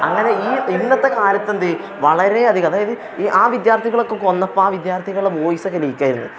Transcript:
അങ്ങനെ ഈ ഇന്നത്തെക്കാലത്തെ എന്താണ് വളരെയധികം അതായത് ഈ ആ വിദ്യാർഥികളൊക്കെ കൊന്നപ്പോള് ആ വിദ്യാർത്ഥികളുടെ വോയിസൊക്കെ ലീക്കായിരുന്നു